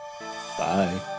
Bye